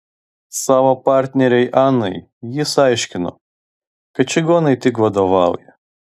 savo partnerei anai jis aiškino kad čigonai tik vadovauja